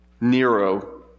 Nero